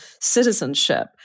citizenship